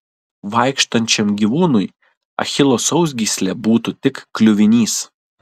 vaikštančiam gyvūnui achilo sausgyslė būtų tik kliuvinys